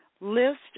list